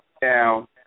down